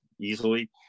easily